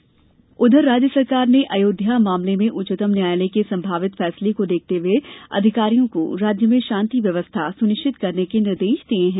अयोध्या शान्ति व्यवस्था राज्य सरकार ने अयोध्या मामले में उच्चतम न्यायालय के संभावित फैसले को देखते हए अधिकारियों को राज्य में शान्ति व्यवस्था सुनिश्चित करने के निर्देश दिये हैं